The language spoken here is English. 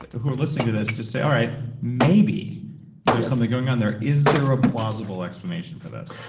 who are listening to this, just say, all right maybe there's something going on there. is there a plausible explanation for this?